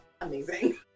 amazing